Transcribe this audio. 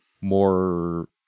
more